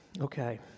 Okay